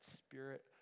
spirit